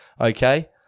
Okay